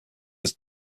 was